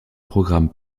programme